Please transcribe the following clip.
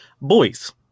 Boys